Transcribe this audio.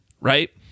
right